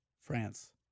France